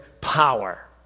power